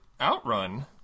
Outrun